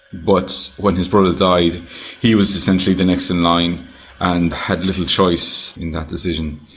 but when his brother died he was essentially the next in line and had little choice in that decision.